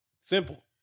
simple